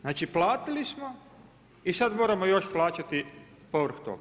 Znači platili smo i sad moramo još plaćati povrh toga.